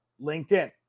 LinkedIn